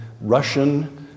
Russian